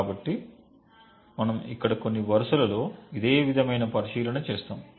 కాబట్టి మనం ఇక్కడ కొన్ని వరుసలలో ఇదే విధమైన పరిశీలన చేస్తాము